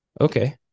Okay